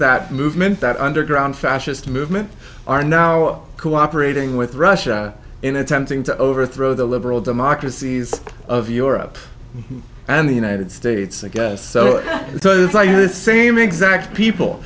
that movement that underground fascist movement are now cooperating with russia in attempting to overthrow the liberal democracies of europe and the united states again so it's like the same exact people